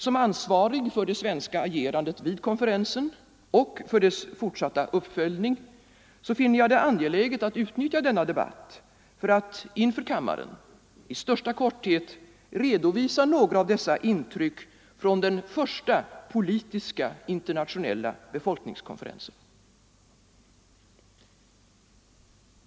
Som ansvarig för det svenska agerandet vid konferensen och för dess fortsatta uppföljning finner jag det angeläget att utnyttja denna debatt för att inför kammaren, i största korthet, redovisa några av dessa intryck från den första politiska internationella befolkningskonferensen.